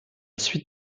suite